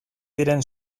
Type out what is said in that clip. diren